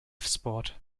sport